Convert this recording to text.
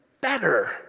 better